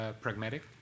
pragmatic